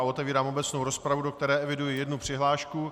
Otevírám obecnou rozpravu, do které eviduji jednu přihlášku.